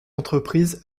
entreprise